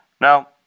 Now